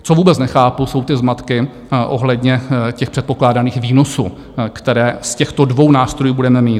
Co vůbec nechápu, jsou zmatky ohledně předpokládaných výnosů, které z těchto dvou nástrojů budeme mít.